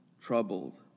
Troubled